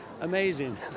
amazing